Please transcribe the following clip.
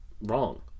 wrong